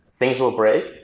things will break.